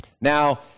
Now